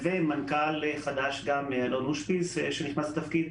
מניעת כפילות וייעול השימוש בתקציב פעולות משרדי הממשלה הפועלים